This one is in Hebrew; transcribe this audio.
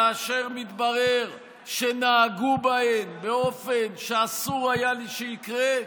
כאשר מתברר שנהגו בהן באופן שאסור היה שיקרה,